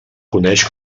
coneix